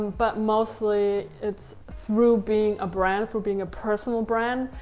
but mostly it's through being a brand, through being a personal brand,